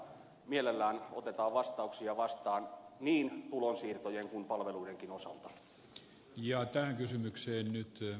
mielellään otetaan vastauksia vastaan niin tulonsiirtojen kuin palveluidenkin osalta